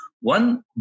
One